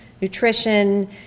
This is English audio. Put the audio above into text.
nutrition